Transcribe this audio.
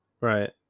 right